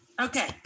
okay